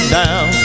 down